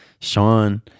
Sean